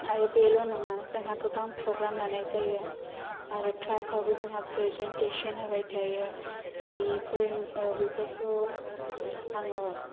आरो बेल' नङा जोंहा गोबां प्रग्रेम लानाय जायो आरो क्लासाबो जोंहा प्रेजेनटेसन होबाय थायो बेफोरखौ आङो